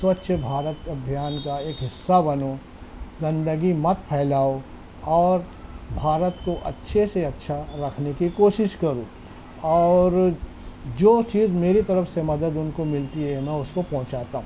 سوچھ بھارت ابھیان کا ایک حصہ بنو گندگی مت پھیلاؤ اور بھارت کو اچھے سے اچھا رکھنے کی کوشش کرو اور جو چیز میری طرف سے مدد ان کو ملتی ہے میں اس کو پہنچاتا ہوں